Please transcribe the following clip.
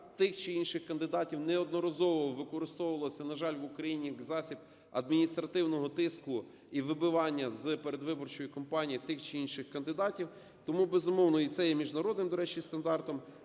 тих чи інших кандидатів неодноразово використовувалось, на жаль, в Україні як засіб адміністративного тиску і вибивання з передвиборчої кампанії тих чи інших кандидатів. Тому, безумовно, це є і міжнародним, до речі, стандартом,